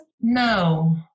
No